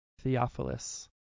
Theophilus